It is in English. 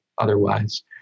otherwise